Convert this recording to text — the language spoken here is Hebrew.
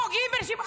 אתם פוגעים בנשים.